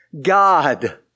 God